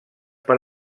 per